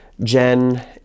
Jen